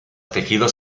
tejidos